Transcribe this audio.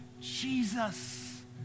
Jesus